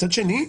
מצד שני,